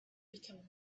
becoming